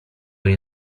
jej